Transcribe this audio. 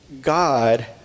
God